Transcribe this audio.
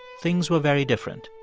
things were very different.